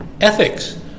ethics